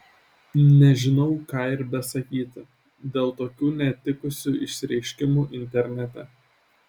nežinau ką ir besakyti dėl tokių netikusių išsireiškimų internete